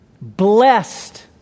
blessed